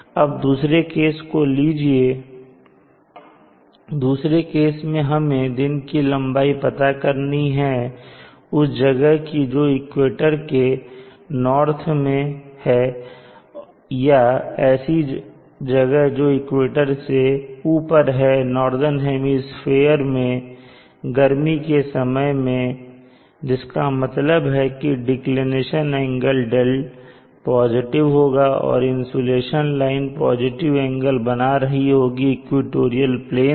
अब दूसरे केस को लीजिए दूसरे केस में हमें दिन की लंबाई पता करनी है उस जगह की जो इक्वेटर के उत्तर में है या ऐसी जगह जो इक्वेटर से ऊपर है और नॉर्दन हेमिस्फीयर में गर्मी के समय में जिसका मतलब है कि डेकलिनेशन एंगल δ पॉजिटिव होगा और इंसुलेशन लाइन पॉजिटिव जंगल बना रही होगी इक्वेटोरियल प्लेन से